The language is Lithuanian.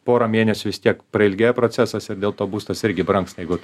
porą mėnesių vis tiek prailgėja procesas ir dėl to būstas irgi brangsta jeigu